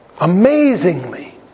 amazingly